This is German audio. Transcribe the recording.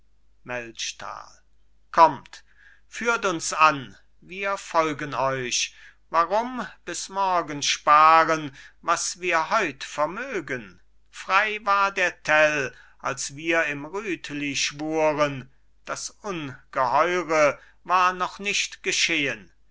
kommt führt uns an wir folgen euch warum bis morgen sparen was wir heut vermögen frei war der tell als wir im rütli schwuren das ungeheure war noch nicht geschehen